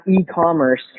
e-commerce